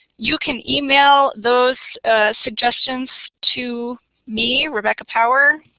you can email those suggestions to me, rebecca power.